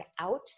out